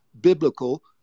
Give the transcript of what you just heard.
biblical